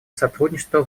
сотрудничества